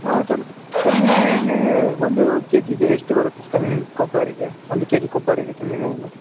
sir ಇದು ತೆಂಗಿನ ಎಣ್ಣೆಗೆ ಒಂದು ಕೆ ಜಿಗೆ ಎಷ್ಟು ಬರುತ್ತೆ ಕೊಬ್ಬರಿಗೆ ಒಂದು ಕೆ ಜಿ ಕೊಬ್ಬರಿಗೆ ತೆಂಗಿನ ಎಣ್ಣೆ